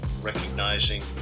recognizing